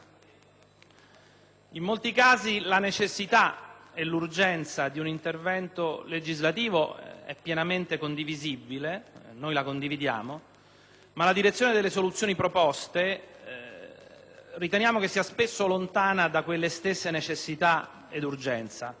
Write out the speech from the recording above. In molti casi, la necessità e l'urgenza di un intervento legislativo è pienamente condivisibile, ma la direzione delle soluzioni proposte riteniamo sia spesso lontana da quelle stesse necessità ed urgenza.